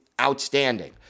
outstanding